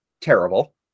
terrible